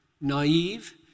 naive